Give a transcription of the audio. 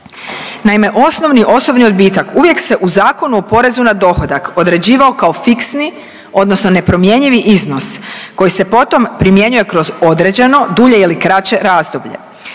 Naime, osnovni osobni odbitak uvijek se u Zakonu o porezu na dohodak određivao kao fiksni odnosno nepromjenjivi iznos koji se potom primjenjuje kroz određeno dulje ili kraće razdoblje.